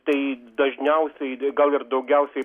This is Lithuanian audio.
tai dažniausiai gal ir daugiausiai